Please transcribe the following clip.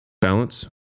Balance